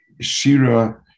Shira